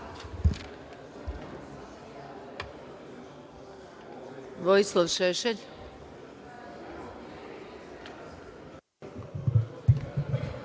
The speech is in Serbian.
Vojislav Šešelj.